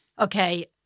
Okay